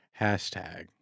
Hashtag